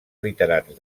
literats